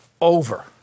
over